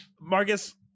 marcus